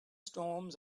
storms